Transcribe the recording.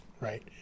Right